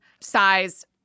size